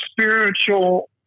spiritual